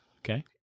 Okay